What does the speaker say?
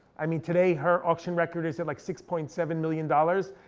i mean today her auction record is at like six point seven million dollars.